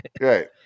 right